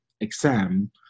exam